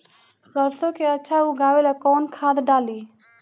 सरसो के अच्छा उगावेला कवन खाद्य डाली?